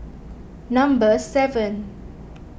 number seven